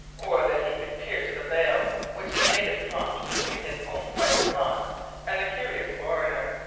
or that he could pierce the veil which the native dropped between his own private thoughts and the curious foreigner.